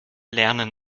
lernen